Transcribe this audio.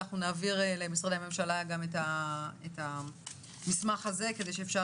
נעביר למשרדי הממשלה את המסמך הזה כדי שאפשר